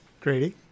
Grady